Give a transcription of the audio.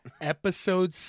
Episode